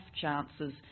chances